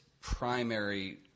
primary